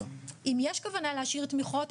אם יש כוונה להשאיר תמיכות,